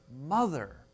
mother